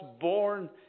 born